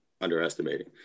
underestimating